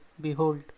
behold